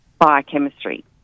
biochemistry